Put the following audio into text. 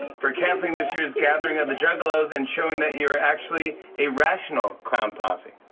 for canceling this year's gathering of the juggalos and showing that you're actually a rational clown posse.